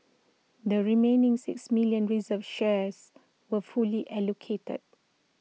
the remaining six million reserved shares were fully allocated